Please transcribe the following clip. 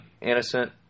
innocent